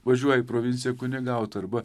važiuoja į provinciją kunigaut arba